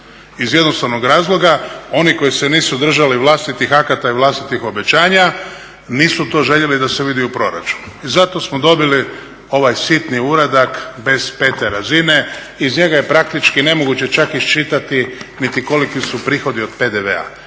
iz jednostavnog razloga oni koji se nisu držali vlastitih akata i vlastitih obećanja nisu to željeli da se vidi u proračunu i zato smo dobili ovaj sitni uradak bez pete razine. Iz njega je praktički nemoguće čak iščitati niti koliki su prihodi od PDV-a,